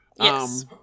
Yes